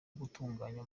gutunganya